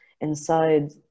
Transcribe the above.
inside